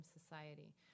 society